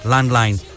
Landline